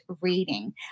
reading